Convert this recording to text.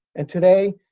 and, today,